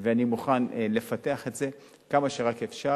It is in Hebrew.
ואני מוכן לפתח את זה כמה שרק אפשר.